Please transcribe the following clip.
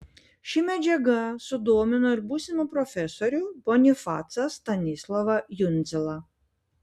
ši medžiaga sudomino ir būsimą profesorių bonifacą stanislovą jundzilą